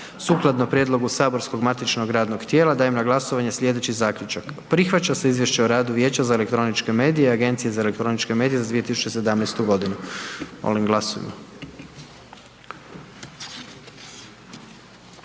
Sukladno prijedlogu saborskog matičnog radnog tijela dajem na glasovanje slijedeći zaključak. Prihvaća se Izvješće o radu Vijeća za elektroničke medije i Agencije za elektroničke medije za 2017. godinu. Molim glasujmo.